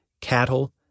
cattle